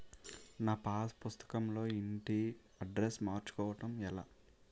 నా పాస్ పుస్తకం లో ఇంటి అడ్రెస్స్ మార్చుకోవటం ఎలా?